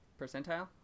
percentile